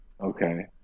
okay